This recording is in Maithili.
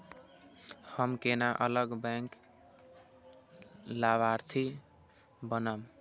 हम केना अलग बैंक लाभार्थी बनब?